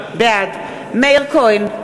בעד מאיר כהן,